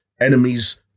enemies